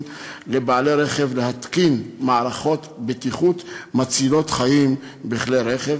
לבעלי רכב להתקין מערכות בטיחות מצילות חיים בכלי רכב.